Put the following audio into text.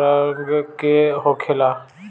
रंग के होखेला